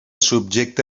subjecta